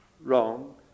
wrong